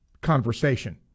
conversation